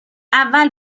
اول